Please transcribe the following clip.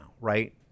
right